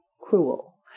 cruel